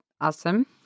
awesome